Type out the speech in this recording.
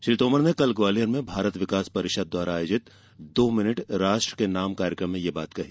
श्री तोमर ने कल ग्वालियर में भारत विकास परिषद द्वारा आयोजित दो मिनट राष्ट्र के नाम कार्यक्रम में यह बात कहीं